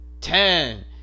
ten